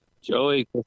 Joey